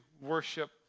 worship